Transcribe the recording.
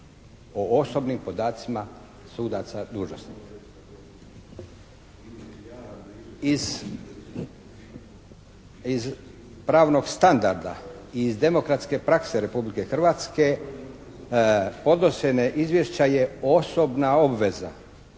o osobnim podacima sudaca dužnosnika. Iz pravnog standarda, iz demokratske prakse Republike Hrvatske podnošene izvješćaje osobna obveza